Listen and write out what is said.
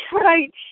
Right